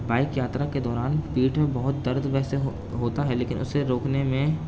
bike یاترا کے دوران بیٹھ میں بہت درد ویسے ہوتا ہے لیکن اسے روکنے میں